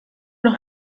noch